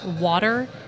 water